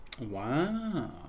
Wow